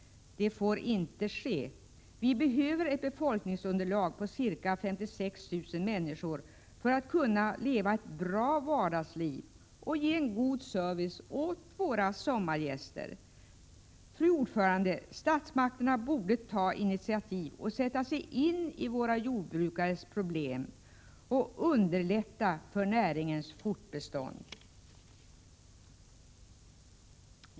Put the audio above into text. Detta får inte ske. Vi behöver ett befolkningsunderlag på ca 56 000 människor för att kunna leva ett bra vardagsliv och ge en god service åt våra sommargäster. Fru talman! Statsmakterna borde sätta sig in i våra jordbrukares problem och ta initiativ till att underlätta näringens fortbestånd.